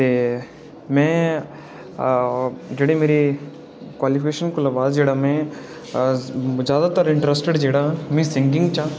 ते में जेह्ड़े मेरे क्वालिफिकेशन कोला बाद च ज्यादातर इंटरेस्ट जेह्ड़ा सिंगिंग च हा